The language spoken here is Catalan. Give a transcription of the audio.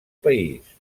país